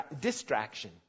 distraction